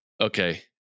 Okay